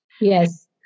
Yes